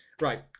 right